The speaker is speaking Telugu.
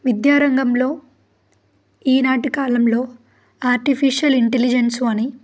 విద్యారంగంలో ఈనాటి కాలంలో ఆర్టిఫిషియల్ ఇంటెలిజెన్సు అని